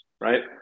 right